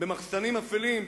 במחסנים אפלים,